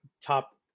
top